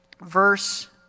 verse